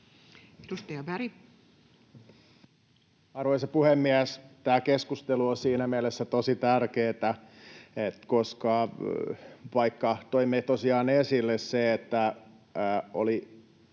Edustaja Berg. Arvoisa puhemies! Tämä keskustelu on siinä mielessä tosi tärkeätä, koska vaikka toimme tosiaan esille sen, että oli